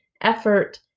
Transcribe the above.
effort